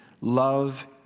love